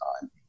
time